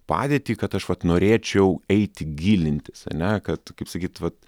padėtį kad aš vat norėčiau eiti gilintis ane kad kaip sakyt vat